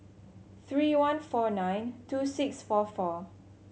three one four nine two six four four